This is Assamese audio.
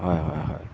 হয় হয় হয়